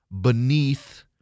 beneath